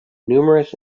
numerous